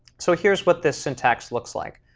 so here's what this syntax looks like.